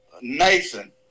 Nathan